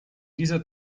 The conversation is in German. dieser